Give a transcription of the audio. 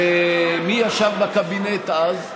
ומי ישב בקבינט אז?